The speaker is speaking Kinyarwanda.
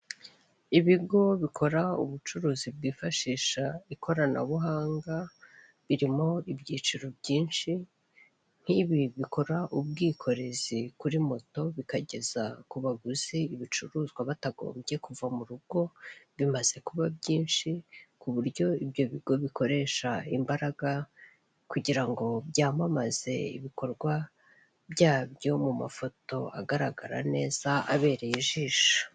Ibigo bikora ubucuruzi bwifashisha ikoranabuhanga, birimo ibyiciro byinshi nk'ibi bikora ubwikorezi kuri moto bikageza ku baguzi ibicuruzwa, batagombye kuva mu rugo bimaze kuba byinshi ku buryo ibyo bigo bikoresha imbaraga, kugira ngo byamamaze ibikorwa byabyo mu mafoto agaragara neza abereye ijisho.